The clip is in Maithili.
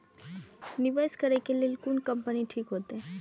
निवेश करे के लेल कोन कंपनी ठीक होते?